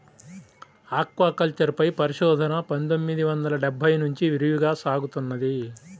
aquaculture పై పరిశోధన పందొమ్మిది వందల డెబ్బై నుంచి విరివిగా సాగుతున్నది